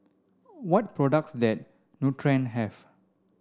what product Nutren have